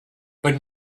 but